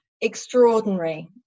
extraordinary